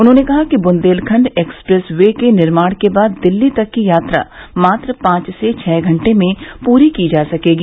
उन्होंने कहा कि बुन्देलखण्ड एक्सप्रेस वे के निर्माण के बाद दिल्ली तक की यात्रा मात्र पांच से छ घंटे में पूरी की जा सकेगी